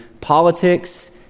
politics